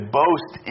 boast